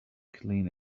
clean